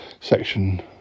section